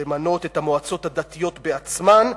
למנות את המועצות הדתיות בעצמן,